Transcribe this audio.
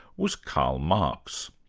was karl marx.